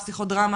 פסיכודרמה,